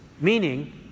meaning